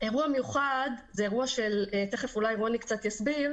אירוע מיוחד מיד רוני יסביר